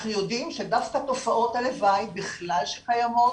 אנחנו יודעים שדווקא תופעות הלוואי בכלל שקיימות